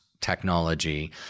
technology